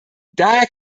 daher